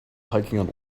hiking